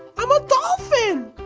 i'm a dolphin!